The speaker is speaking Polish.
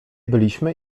byliśmy